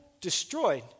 destroyed